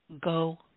Go